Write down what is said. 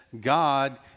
God